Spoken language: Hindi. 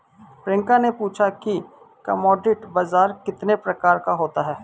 प्रियंका ने पूछा कि कमोडिटी बाजार कितने प्रकार का होता है?